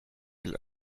will